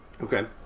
Okay